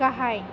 गाहाय